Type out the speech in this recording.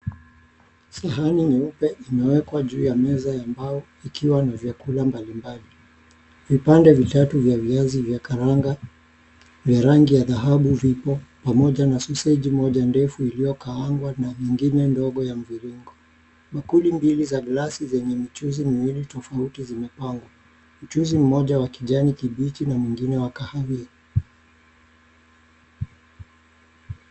Sahani nyeupe imewekwa juu ya meza ya mbao ikiwa na vyakula mbali mbali. Vipande vitatu vya viazi vya karanga vya rangi ya dhahabu vipo pamoja na soseji moja ndefu iliyokaangwa na ingine ndogo ya mviringo. Bakuli mbili za glasi zenye michuzi miwili tofauti zimepangwa. Mchuzi mmoja ni wa kijani kibichi na mwingine wa kahawia.